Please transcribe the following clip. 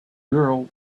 girl